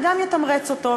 אלא גם יתמרץ אותו.